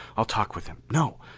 i'll talk with him. no!